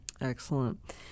Excellent